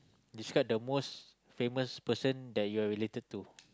describe the most famous person that you are related to